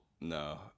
no